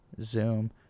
zoom